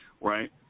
right